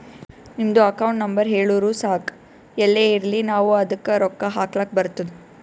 ನಿಮ್ದು account number ಹೇಳುರು ಸಾಕ್ ಎಲ್ಲೇ ಇರ್ಲಿ ನಾವೂ ಅದ್ದುಕ ರೊಕ್ಕಾ ಹಾಕ್ಲಕ್ ಬರ್ತುದ್